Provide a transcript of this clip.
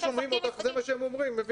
אנשים ששומעים אותך, זה מה שהם מבינים.